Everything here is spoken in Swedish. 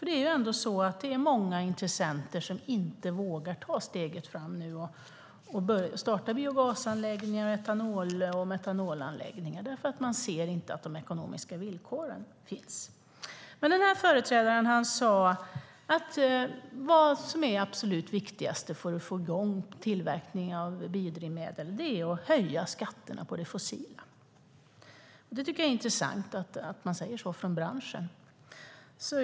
Det är många intressenter som inte vågar ta steget och starta biogas-, etanol eller metanolanläggningar då man inte ser att de ekonomiska villkoren finns. Denne företrädare sade att vad som är absolut viktigast för att få fram biodrivmedel är att höja skatterna på det fossila. Jag tycker att det är intressant att man säger så från branschen.